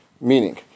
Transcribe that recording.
Meaning